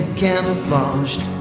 camouflaged